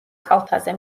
კალთაზე